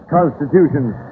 Constitutions